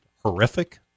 horrific